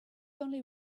only